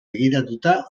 begiratuta